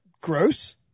gross